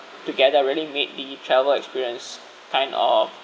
together really make the travel experience kind of